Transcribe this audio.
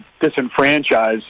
disenfranchised